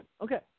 Okay